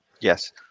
yes